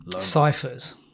Ciphers